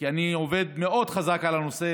כי אני עובד מאוד חזק על הנושא,